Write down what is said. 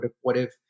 what-if